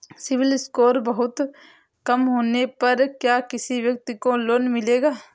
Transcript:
CIBIL score बहुत कम होने पर क्या किसी व्यक्ति को लोंन मिलेगा?